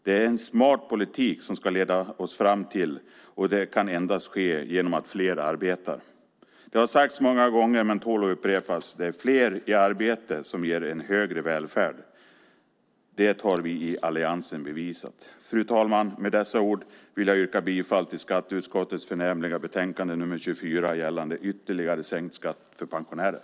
Det ska en smart politik leda oss fram till, och det kan endast ske genom att fler arbetar. Det har sagts många gånger men tål att upprepas: Det är fler i arbete som ger en högre välfärd. Det har vi i alliansen bevisat. Fru talman! Med dessa ord vill jag yrka bifall till förslaget i skatteutskottets förnämliga betänkande nr 24 gällande ytterligare sänkt skatt för pensionärer.